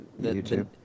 YouTube